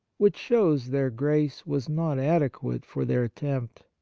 which shows their grace was not adequate for their attempt.